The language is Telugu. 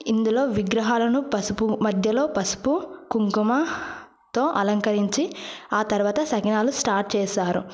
ఇందులో విగ్రహాలను పసుపు మధ్యలో పసుపు కుంకుమతో అలంకరించి ఆ తర్వాత సకినాలు స్టార్ట్ చేస్తారు